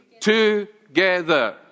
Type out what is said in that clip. together